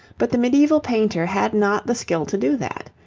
but the medieval painter had not the skill to do that.